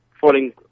falling